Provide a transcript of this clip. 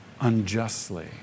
unjustly